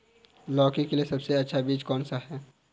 लौकी के लिए सबसे अच्छा बीज कौन सा है?